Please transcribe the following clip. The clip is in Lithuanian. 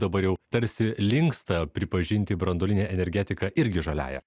dabar jau tarsi linksta pripažinti branduolinę energetiką irgi žaliąja